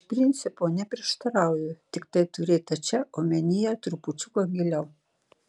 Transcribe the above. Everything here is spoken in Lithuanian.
iš principo neprieštarauju tiktai turėta čia omenyje trupučiuką giliau